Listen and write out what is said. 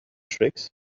tricks